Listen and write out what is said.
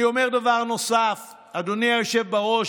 אני אומר דבר נוסף, אדוני היושב בראש.